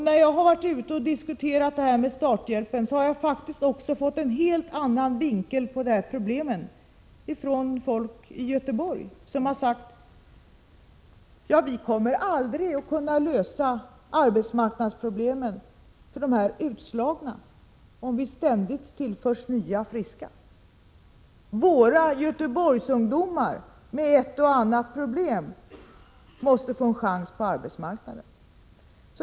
När jag har varit ute och diskuterat frågan om starthjälpen har jag faktiskt fått de här problemen belysta ur en helt annan vinkel av folk i Göteborg, som har sagt: Vi kommer aldrig att kunna lösa arbetsmarknadsproblemen för de utslagna människorna om vi ständigt tillförs nya friska. Våra Göteborgsungdomar med ett och annat problem måste få en chans på arbetsmarknaden.